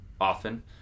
often